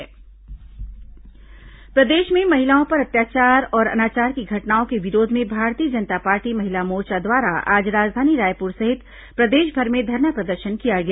भाजपा महिला मोर्चा प्रदर्शन प्रदेश में महिलाओं पर अत्याचार और अनाचार की घटनाओं के विरोध में भारतीय जनता पार्टी महिला मोर्चा द्वारा आज राजधानी रायपुर सहित प्रदेशभर में धरना प्रदर्शन किया गया